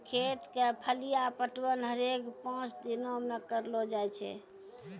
खेत क फलिया पटवन हरेक पांच दिनो म करलो जाय छै